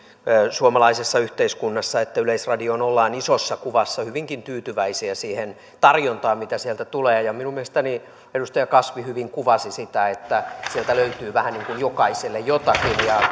suomalaisessa yhteiskunnassa että yleisradioon ollaan isossa kuvassa hyvinkin tyytyväisiä siihen tarjontaan mitä sieltä tulee minun mielestäni edustaja kasvi hyvin kuvasi sitä että sieltä löytyy vähän niin kuin jokaiselle jotakin